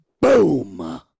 Boom